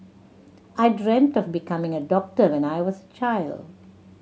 I dreamt of becoming a doctor when I was a child